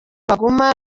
baguma